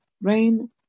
rain